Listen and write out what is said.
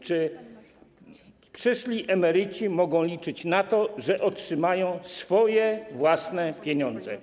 Czy przyszli emeryci mogą liczyć na to, że otrzymają swoje własne pieniądze?